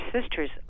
sisters